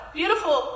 beautiful